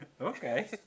Okay